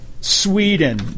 Sweden